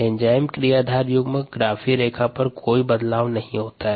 enzyme क्रियाधार युग्म की ग्राफीय रेखा में कोई बदलाव नहीं होता है